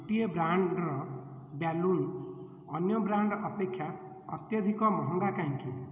ଗୋଟିଏ ବ୍ରାଣ୍ଡ୍ର ବ୍ୟାଲୁନ୍ ଅନ୍ୟ ବ୍ରାଣ୍ଡ୍ ଅପେକ୍ଷା ଅତ୍ୟଧିକ ମହଙ୍ଗା କାହିଁକି